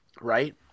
Right